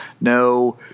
No